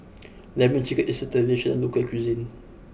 Lemon Chicken is the traditional local cuisine